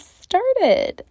started